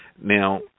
Now